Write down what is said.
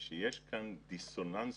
ההסברה בתוך ישראל וגם לציבור הישראלי היהודי,